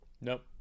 Nope